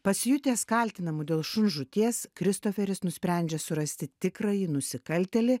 pasijutęs kaltinamu dėl šuns žūties kristoferis nusprendžia surasti tikrąjį nusikaltėlį